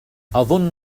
أظن